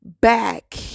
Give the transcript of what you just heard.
back